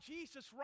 Jesus